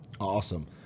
Awesome